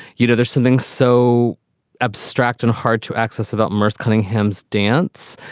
you know, there's something so abstract and hard to access about merce cunningham's dance.